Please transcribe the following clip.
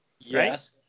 Yes